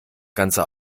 ganze